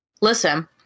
Listen